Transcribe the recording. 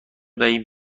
دهیم